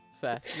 Fair